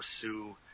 pursue